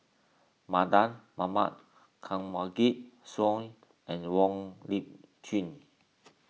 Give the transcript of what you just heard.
Mardan Mamat Kanwaljit Soin and Wong Lip Chin